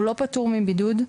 הוא לא פטור מבידוד.